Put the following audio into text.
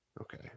okay